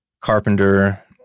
Carpenter